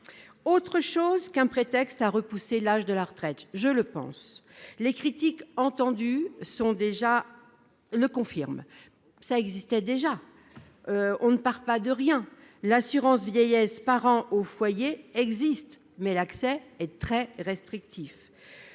autre chose qu'un prétexte pour repousser l'âge de la retraite ? Je le pense. Les critiques entendues le confirment : cela existait déjà, on ne part pas de rien, l'assurance vieillesse du parent au foyer existe, mais son accès est très restrictif.